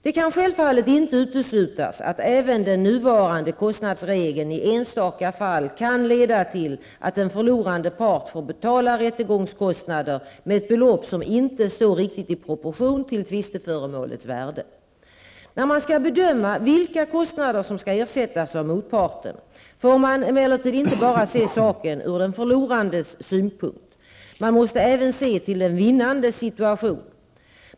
Det kan självfallet inte uteslutas att även den nuvarande kostnadsregeln i enstaka fall kan leda till att en förlorande part får betala rättegångskostnader med ett belopp som inte står riktigt i proportion till tvisteföremålets värde. När man skall bedöma vilka kostnader som skall ersättas av motparten får man emellertid inte bara se saken ur den förlorandes sypunkt. Man måste även se till den vinnandes situation.